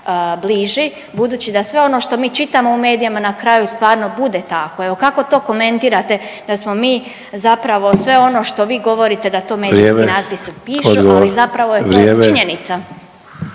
bliži, budući da sve ono što mi čitamo u medijima na kraju stvarno bude tako. Evo kako to komentirate da smo mi zapravo sve ono što vi govorite da to medijski natpisi pišu … …/Upadica